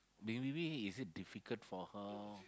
may~ maybe is it difficult for her